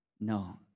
no